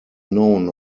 known